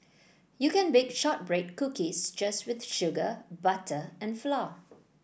you can bake shortbread cookies just with sugar butter and flour